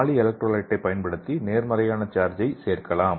பாலிஎலக்ட்ரோலைட்டைப் பயன்படுத்தி நேர்மறையான சார்ஜை சேர்க்கலாம்